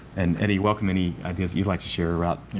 and eddy, welcome any ideas that you'd like to share about,